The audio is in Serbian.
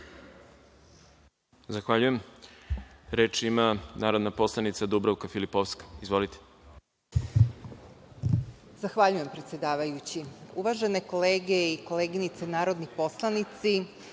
Zahvaljujem. Reč ima narodna poslanica Dubravka Filipovski. **Dubravka Filipovski** Zahvaljujem predsedavajući. Uvažene kolege i koleginice narodni poslanici,